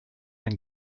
ein